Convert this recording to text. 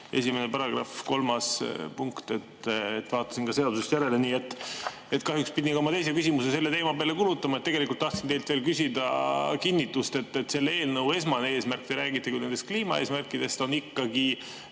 esimene paragrahv, kolmas punkt. Vaatasin ka seadusest järele. Kahjuks pidin ka oma teise küsimuse selle teema peale kulutama. Tegelikult tahtsin teilt veel küsida kinnitust, et selle eelnõu esmane eesmärk, kuigi te räägite nendest kliimaeesmärkidest, on ikkagi